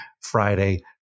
Friday